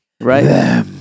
right